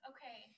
Okay